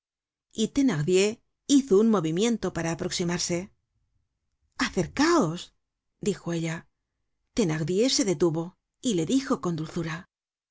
el mundo thenardier hizo un movimiento para aproximarse acercáos dijo ella thenardier se detuvo y le dijo con dulzura